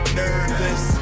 nervous